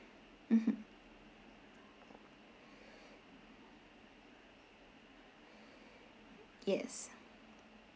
mmhmm yes